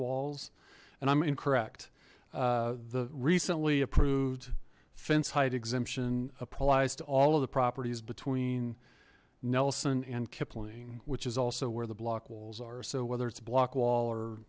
walls and i'm incorrect the recently approved fence height exemption applies to all of the properties between nelson and kipling which is also where the block walls are so whether it's block wall or